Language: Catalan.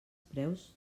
preus